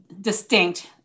distinct